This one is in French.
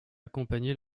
accompagner